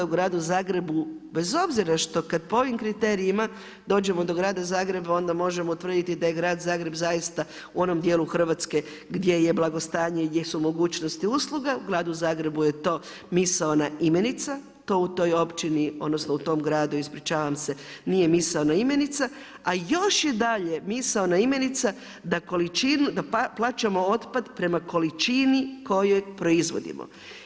U Gradu Zagrebu bez obzira što kad po ovim kriterijima dođemo do grada Zagreba onda možemo utvrditi da je grad Zagreb zaista u onom dijelu Hrvatske gdje je blagostanje i gdje su mogućnosti usluge, u gradu Zagrebu je to misaona imenica, to u toj općini odnosno u tom gradu ispričavam se nije misaona imenica a još je dalje misaona imenica da količinu, da plaćamo otpad prema količini koju proizvodimo.